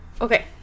okay